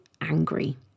angry